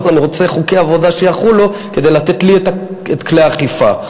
אבל אני רוצה שחוקי עבודה יחולו כדי לתת לי את כלי האכיפה.